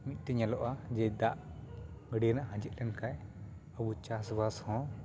ᱢᱤᱫ ᱛᱮ ᱧᱮᱞᱚᱜᱼᱟ ᱡᱮ ᱫᱟᱜ ᱜᱟᱹᱰᱭᱟᱹ ᱨᱮᱱᱟᱜ ᱟᱸᱡᱮᱫ ᱞᱮᱱᱠᱷᱟᱡ ᱟᱵᱩ ᱪᱟᱥ ᱵᱟᱥ ᱦᱚᱸ